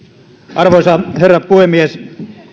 arvoisa herra puhemies